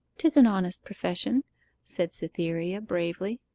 tis an honest profession said cytherea bravely.